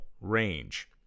range